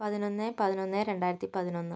പതിനൊന്ന് പതിനൊന്ന് രണ്ടായിരത്തി പതിനൊന്ന്